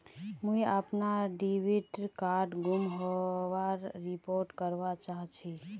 मुई अपना debit card गूम होबार रिपोर्ट करवा चहची